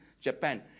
Japan